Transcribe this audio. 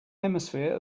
hemisphere